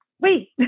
wait